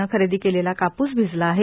न खरेदी केलेला कापूस भिजला आहे